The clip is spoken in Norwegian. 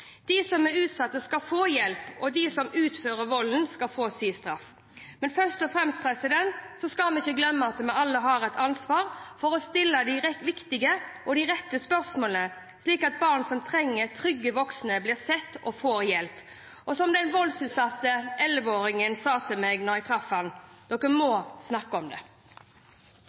De som er utsatt, skal få hjelp, og de som utfører volden, skal få sin straff, men først og fremst skal vi ikke glemme at vi alle har et ansvar for å stille de viktige og rette spørsmålene, slik at barn som trenger trygge voksne, blir sett og får hjelp. Som den voldsutsatte elleveåringen sa til meg da jeg traff ham: Dere må snakke om det.